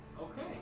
Okay